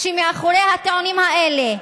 שמאחורי הטיעונים האלה,